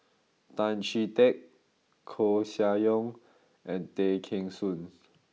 Tan Chee Teck Koeh Sia Yong and Tay Kheng Soon